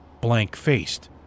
blank-faced